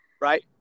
Right